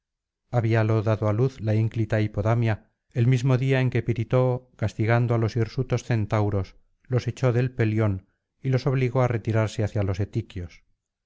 habíalo dado á luz la ínclita hipodamia el mismo día en que piritoo castigando álos hirsutos centauros los echó del pelión y los obligó á retirarse hacia los etiquios